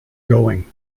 going